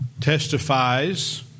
testifies